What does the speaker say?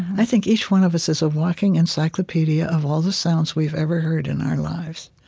i think each one of us is a walking encyclopedia of all the sounds we've ever heard in our lives.